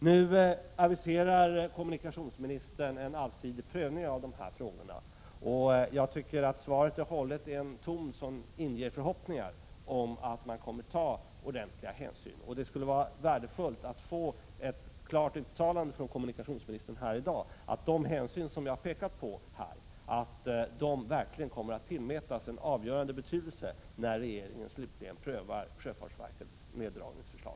Nu aviserar kommunikationsministern en allsidig prövning av dessa frågor, och hans svar är hållet i en ton som inger förhoppningar om att man kommer att ta ordentliga hänsyn. Det skulle vara värdefullt att få ett klart uttalande från kommunikationsministern här i dag om att de hänsyn som jag har pekat på här verkligen kommer att få en avgörande betydelse när regeringen slutligt prövar sjöfartsverkets neddragningsförslag.